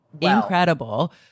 incredible